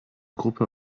gruppe